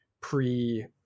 pre